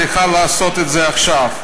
צריכה לעשות את זה עכשיו.